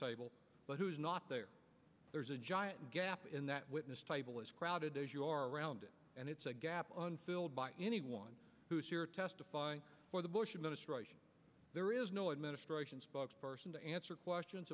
table but who is not there there's a giant gap in that witness table as crowded as you are around it and it's a gap on filled by anyone who is here testifying for the bush administration there is no administration spokesperson to answer questions